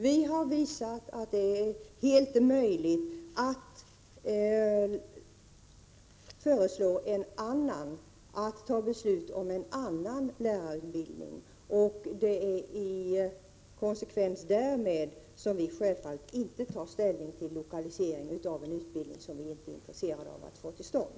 Vi har visat att det är fullt möjligt att fatta beslut om en annan lärarutbildning, och i konsekvens därmed tar vi självfallet inte ställning till lokalisering av en utbildning som vi inte är intresserade av att få till stånd.